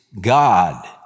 God